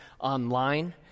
online